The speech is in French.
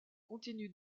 continue